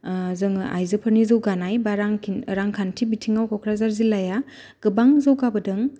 जोङो आयजोफोरनि जौगानाय बा रां रांखान्थिनि बिथिङाव क'क्राझार जिल्लाया गोबां जौगाबोदों